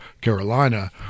Carolina